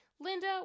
Linda